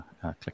click